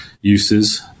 uses